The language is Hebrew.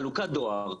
חלוקת דואר כמותי,